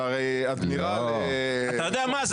שהרי --- אתה יודע מה זה,